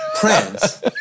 prince